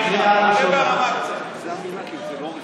שלא יהיה כמו באו"ם,